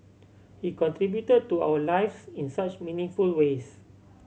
he contribute to our lives in such meaningful ways